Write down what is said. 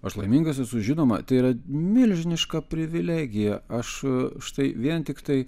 aš laimingas esu žinoma tai yra milžiniška privilegija aš štai vien tiktai